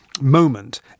moment